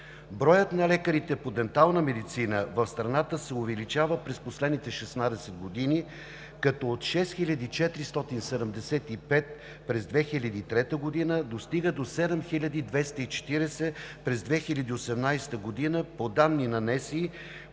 Броят на лекарите по дентална медицина в страната се увеличава през последните 16 години, като от 6475 през 2003 г., достига до 7240 през 2018 г. по данни на НСИ,